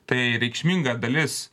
tai reikšminga dalis